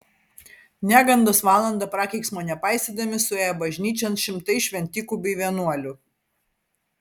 negandos valandą prakeiksmo nepaisydami suėjo bažnyčion šimtai šventikų bei vienuolių